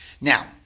Now